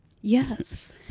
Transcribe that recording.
Yes